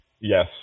Yes